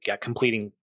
completing